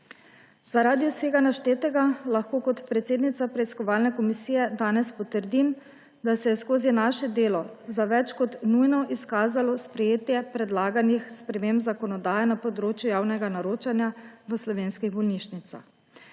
Zaradi vsega naštetega lahko kot predsednica preiskovalne komisije danes potrdim, da se je skozi naše delo za več kot nujno izkazalo sprejetje predlaganih sprememb zakonodaje na področju javnega naročanja v slovenskih bolnišnicah.